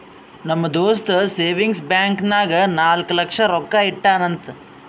ನಮ್ ದೋಸ್ತ savings bank ನಾಗ್ ನಾಲ್ಕ ಲಕ್ಷ ರೊಕ್ಕಾ ಇಟ್ಟಾನ್ ಅಂತ್